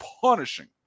punishing